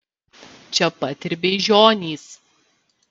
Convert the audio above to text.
čia pat ir beižionys